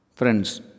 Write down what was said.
Friends